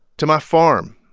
to my farm,